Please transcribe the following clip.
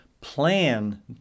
plan